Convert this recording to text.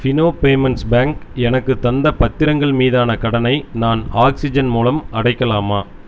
Fino payments bank எனக்கு தந்த பத்திரங்கள் மீதான கடனை நான் ஆக்ஸிஜன் மூலம் அடைக்கலாமா